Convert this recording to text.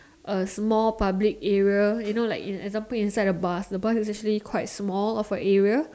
a small public area you know like in example inside the bus the bus is actually quite small of a area